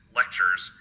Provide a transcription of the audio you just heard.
lectures